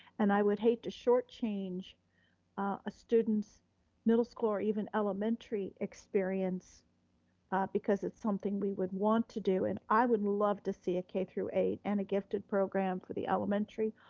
and i would hate to shortchange a student's middle school or even elementary experience because it's something we wouldn't want to do, and i would love to see a k through eight and a gifted program for the elementary,